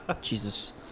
Jesus